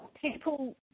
people